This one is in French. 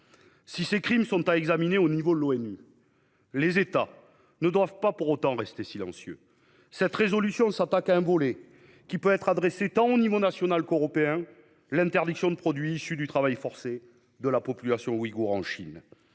Si ces crimes sont à examiner dans le cadre de l'ONU, les États ne doivent pas pour autant rester silencieux. Cette résolution s'attaque à un volet qui peut être décliné aux échelons national et européen : l'interdiction de produits issus du travail forcé de la population ouïghoure en Chine.